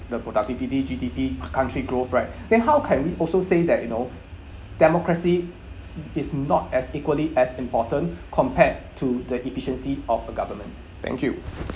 the productivity G_D_P country growth right then how can we also say that you know democracy is not as equally as important compared to the efficiency of a government thank you